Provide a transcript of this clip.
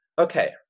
Okay